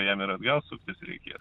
jam ir atgal suktis reikės